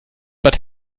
bad